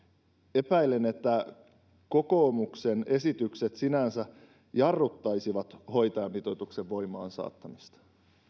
epäilen että kokoomuksen esitykset sinänsä jarruttaisivat hoitajamitoituksen voimaan saattamista